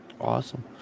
Awesome